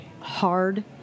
hard